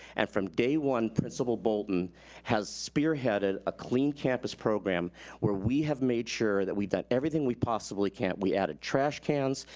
and from day one, principal boulton has spearheaded a clean campus program where we have made sure that we've done everything we possibly can. we added trash cans.